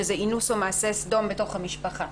שזה אינוס או מעשה סדום בתוך המשפחה.